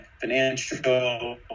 Financial